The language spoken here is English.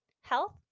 health